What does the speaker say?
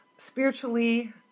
Spiritually